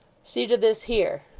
see to this here.